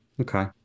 Okay